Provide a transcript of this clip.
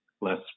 less